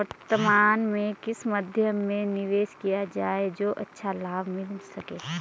वर्तमान में किस मध्य में निवेश किया जाए जो अच्छा लाभ मिल सके?